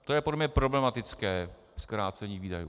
To je podle mě problematické zkrácení výdajů.